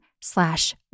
slash